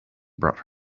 brought